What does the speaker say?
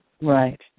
Right